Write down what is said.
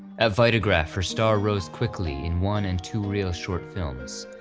at vitagraph her star rose quickly in one and two real short films,